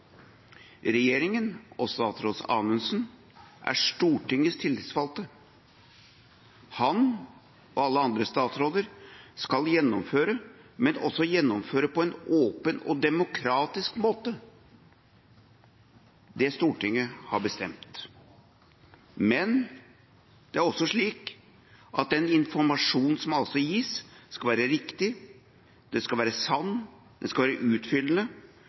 og statsråd Anundsen er Stortingets tillitsvalgte. Han og alle andre statsråder skal gjennomføre på en åpen og demokratisk måte det som Stortinget har bestemt. Men det er også slik at den informasjon som gis, skal være riktig. Den skal være sann, og den skal være utfyllende,